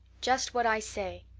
just what i say.